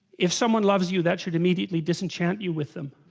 if someone loves you that should immediately disenchant you with them